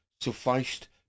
sufficed